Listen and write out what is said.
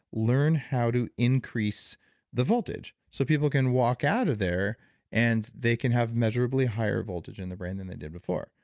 learn how to increase the voltage. so people can walk out of there and they can have measurably higher voltage in the brain than they did before.